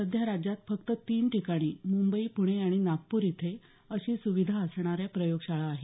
सध्या राज्यात फक्त तीन ठिकाणी मुंबई पुणे आणि नागपूर इथे अशी सुविधा असणाऱ्या प्रयोगशाळा आहेत